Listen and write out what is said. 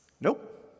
Nope